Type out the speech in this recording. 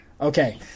Okay